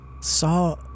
saw